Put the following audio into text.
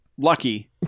Lucky